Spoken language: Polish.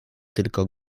tylko